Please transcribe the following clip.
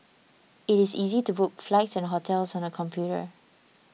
it is easy to book flights and hotels on the computer